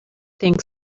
think